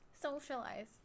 Socialize